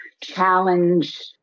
challenge